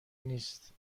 نیست